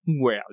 Well